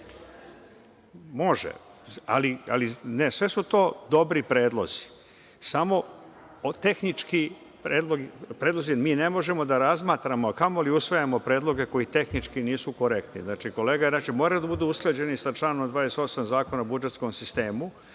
imaju zdravu… Sve su to dobri predlozi, samo mi ne možemo da razmatramo, a kamoli usvajamo predloge koji tehnički nisu korektni. Znači, kolega, moraju da budu usklađeni sa članom 28. Zakona o budžetskom sistemu,